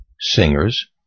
singers